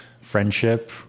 friendship